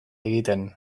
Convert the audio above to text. egiten